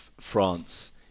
France